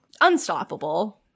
Unstoppable